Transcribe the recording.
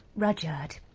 rudyard.